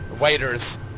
waiter's